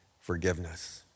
forgiveness